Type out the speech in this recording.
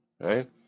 right